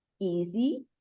easy